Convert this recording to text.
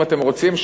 אם אתם רוצים,